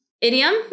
idiom